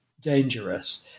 dangerous